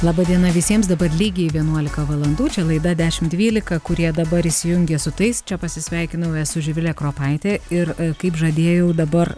laba diena visiems dabar lygiai vienuolika valandų čia laida dešimt dvylika kurie dabar įsijungia su tais čia pasisveikinau esu živilė kropaitė ir kaip žadėjau dabar